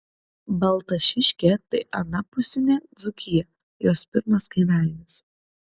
baltašiškė tai anapusinė dzūkija jos pirmas kaimelis